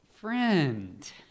friend